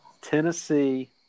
Tennessee